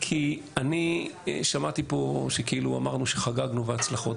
כי אני שמעתי פה כאילו אמרנו שחגגנו והצלחות,